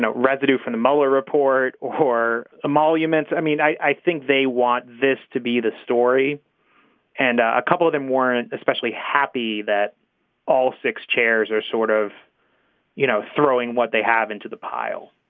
residue from the mueller report or emoluments. i mean i think they want this to be the story and a couple of them weren't especially happy that all six chairs are sort of you know throwing what they have into the pile